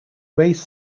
race